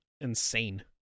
insane